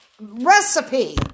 recipe